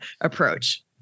approach